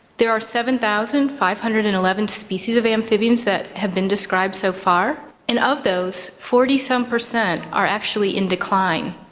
there are seven thousand five hundred and eleven species of amphibians that have been described so far, and of those, forty so um plus are actually in decline,